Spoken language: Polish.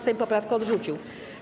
Sejm poprawkę odrzucił.